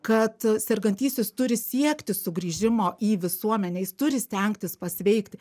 kad sergantysis turi siekti sugrįžimo į visuomenę jis turi stengtis pasveikti